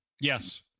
Yes